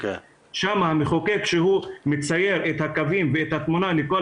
שם המחוקק מצייר את הקווים ואת התמונה לכל